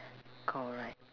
correct